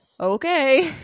okay